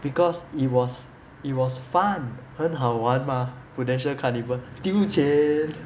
because it was it was fun 很好玩 mah Prudential carnival 丢钱